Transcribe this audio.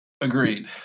Agreed